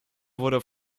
wurde